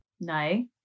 no